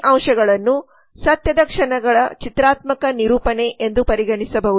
ಈ ಅಂಶಗಳನ್ನು ಸತ್ಯದ ಕ್ಷಣಗಳ ಚಿತ್ರಾತ್ಮಕ ನಿರೂಪಣೆ ಎಂದು ಪರಿಗಣಿಸಬಹುದು